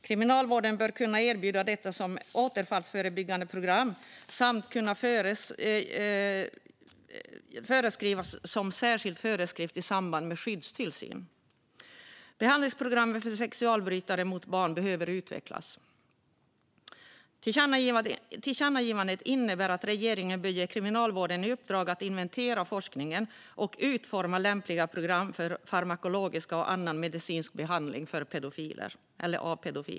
Kriminalvården bör kunna erbjuda detta som återfallsförebyggande program samt kunna föreskriva det genom särskild föreskrift i samband med skyddstillsyn. Behandlingsprogrammen för personer som begår sexualbrott mot barn behöver utvecklas. Tillkännagivandet innebär att regeringen bör ge Kriminalvården i uppdrag att inventera forskningen och utforma lämpliga program för farmakologisk och annan medicinsk behandling av pedofiler.